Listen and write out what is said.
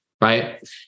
right